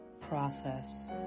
process